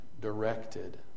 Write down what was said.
directed